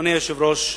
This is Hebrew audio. אדוני היושב-ראש,